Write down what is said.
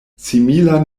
similan